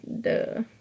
Duh